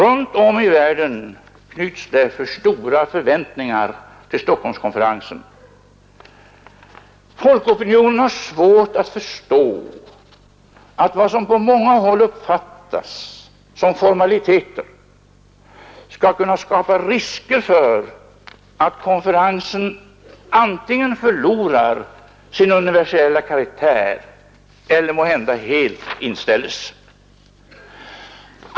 Runt om i världen knyts därför stora förväntningar till Stockholmskonferensen, Folkopinionen har svårt att förstå att vad som på många håll uppfattas som formaliteter skall kunna skapa risker för att konferensen antingen förlorar sin universella karaktär eller måhända helt inställs.